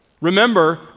Remember